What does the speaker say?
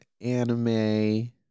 anime